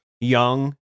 young